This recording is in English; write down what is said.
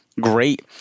great